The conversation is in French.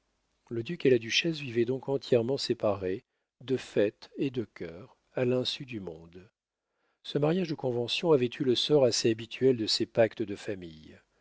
le duc et la duchesse vivaient donc entièrement séparés de fait et de cœur à l'insu du monde ce mariage de convention avait eu le sort assez habituel de ces pactes de famille